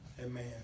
Amen